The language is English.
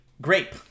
Grape